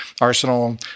arsenal